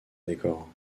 décor